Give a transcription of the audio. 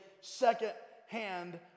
second-hand